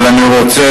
אבל אני רוצה